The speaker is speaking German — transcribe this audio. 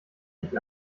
ich